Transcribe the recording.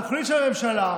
אז התוכנית של הממשלה,